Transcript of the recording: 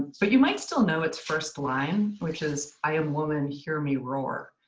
but you might still know its first line which is, i am woman, hear me roar.